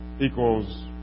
equals